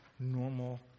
Normal